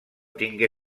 tingué